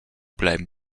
bleiben